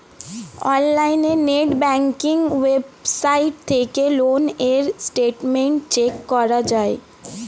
অনলাইনে net banking website থেকে loan এর স্টেটমেন্ট চেক করা যায়